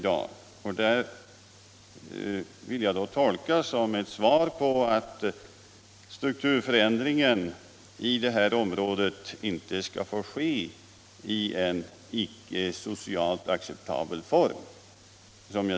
Jag vill tolka det som ett besked om att strukturförändringen i detta område inte skall få ta en socialt icke acceptabel form.